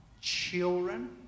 children